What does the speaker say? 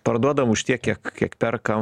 parduodam už tiek kiek kiek perka